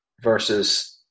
versus –